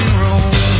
room